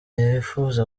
yifuza